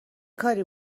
کاری